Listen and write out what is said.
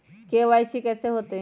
KYC कैसे होतई?